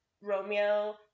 Romeo